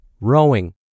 rowing